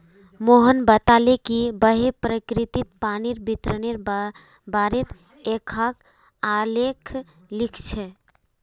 रोहण बताले कि वहैं प्रकिरतित पानीर वितरनेर बारेत एकखाँ आलेख लिख छ